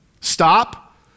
Stop